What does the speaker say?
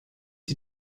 die